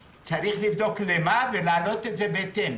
צריך לבדוק אל מה זה היה מוצמד ולהעלות את זה בהתאם.